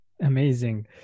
amazing